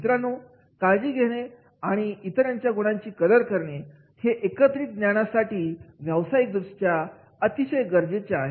मित्रांनो काळजी घेणे आणि इतरांच्या गुणांची कदर करणे हे एकत्रित ज्ञानासाठी व्यावसायिक दृष्ट्या अतिशय गरजेचे आहे